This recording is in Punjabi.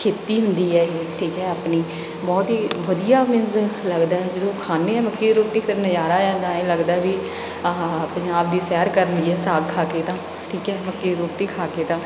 ਖੇਤੀ ਹੁੰਦੀ ਹੈ ਠੀਕ ਹੈ ਆਪਣੀ ਬਹੁਤ ਹੀ ਵਧੀਆ ਮੀਨਜ਼ ਲੱਗਦਾ ਹੈ ਜਦੋਂ ਖਾਂਦੇ ਹਾਂ ਮੱਕੀ ਦੀ ਰੋਟੀ ਫਿਰ ਨਜ਼ਾਰਾ ਆ ਜਾਂਦਾ ਆਏਂ ਲੱਗਦਾ ਵੀ ਆਹਾ ਹਾ ਪੰਜਾਬ ਦੀ ਸੈਰ ਕਰ ਲਈ ਹੈ ਸਾਗ ਖਾ ਕੇ ਤਾਂ ਠੀਕ ਹੈ ਮੱਕੀ ਦੀ ਰੋਟੀ ਖਾ ਕੇ ਤਾਂ